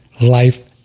life